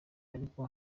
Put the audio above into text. ariko